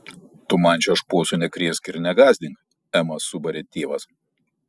tu man čia šposų nekrėsk ir negąsdink emą subarė tėvas